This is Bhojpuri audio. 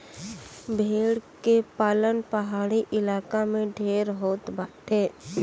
भेड़ के पालन पहाड़ी इलाका में ढेर होत बाटे